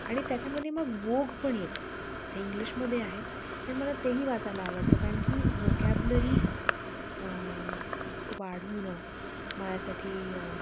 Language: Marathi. आणि त्याच्यामध्ये मग वोग पण येतं ते इंग्लिशमध्ये आहे पण मला तेही वाचायला आवडतं कारण की वोकॅबलरी वाढवणं माझ्यासाठी